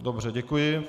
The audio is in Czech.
Dobře, děkuji.